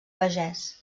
pagès